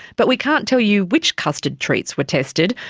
but we can't tell you which custard treats were tested,